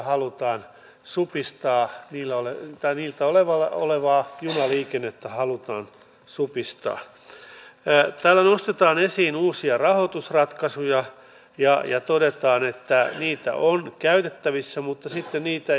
missään tapauksessa en ole vihreän eduskuntaryhmän puheenjohtajana antanut sitä kuvaa että välikysymyksemme suuntautuisi yhteen henkilöön vaan nimenomaan olen tuonut esille sitä että eduskuntaryhmämme kantaa huolta nykyisestä päätöksentekokulttuurista ja siitä miten asiantuntija arvioita ei tehdä etukäteen eikä myöskään jälkikäteen